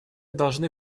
должны